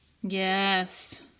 Yes